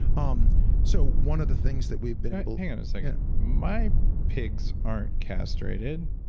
um so one of the things that we've been able hang on a second. my pigs aren't castrated.